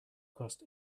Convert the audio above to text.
cost